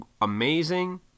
amazing